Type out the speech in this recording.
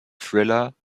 thriller